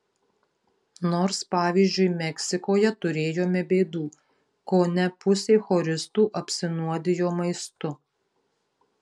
nors pavyzdžiui meksikoje turėjome bėdų kone pusė choristų apsinuodijo maistu